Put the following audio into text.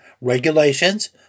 regulations